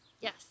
Yes